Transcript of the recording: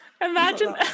imagine